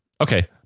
Okay